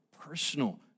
personal